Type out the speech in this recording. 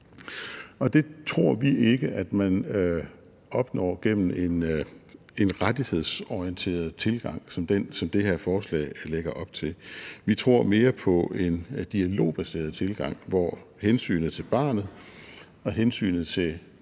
Det tror vi ikke at man opnår gennem en rettighedsorienteret tilgang, som det her forslag lægger op til. Vi tror mere på en dialogbaseret tilgang, hvor hensynet til barnet og hensynet til